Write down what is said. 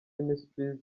ministries